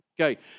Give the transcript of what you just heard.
Okay